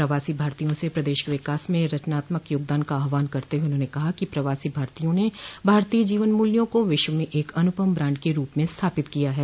प्रवासी भारतीयों से प्रदेश के विकास में रचनात्मक योगदान का आह्वान करते हुये उन्होंने कहा कि प्रवासी भारतीयों ने भारतीय जीवन मूल्यों को विश्व में एक अनुपम ब्रांड के रूप में स्थापित किया है